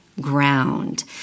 ground